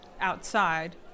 outside